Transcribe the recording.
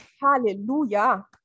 Hallelujah